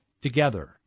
together